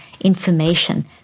information